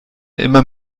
immer